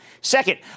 Second